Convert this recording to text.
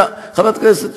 שרת המשפטים.